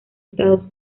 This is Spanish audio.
estados